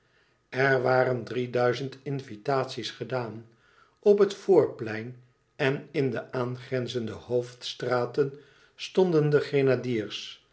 er waren drieduizend invitaties gedaan op het voorplein en in de aangrenzende hoofdstraten stonden de grenadiers